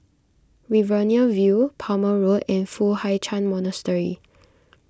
Riverina View Palmer Road and Foo Hai Ch'an Monastery